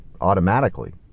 automatically